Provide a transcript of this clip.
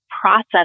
process